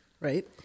Right